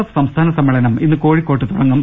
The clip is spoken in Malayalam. എഫ് സംസ്ഥാന സമ്മേളനം ഇന്ന് കോഴിക്കോട്ട് തുടങ്ങും